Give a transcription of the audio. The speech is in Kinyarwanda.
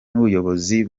n’ubuyobozi